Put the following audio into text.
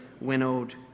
winnowed